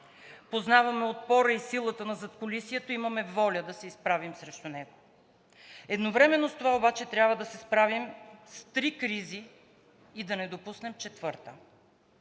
Познаваме отпора и силата на задкулисието и имаме воля да се изправим срещу него. Едновременно с това обаче трябва да се справим с три кризи и да не допуснем четвърта.